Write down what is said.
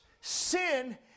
Sin